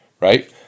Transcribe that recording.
right